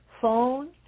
phone